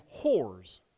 whores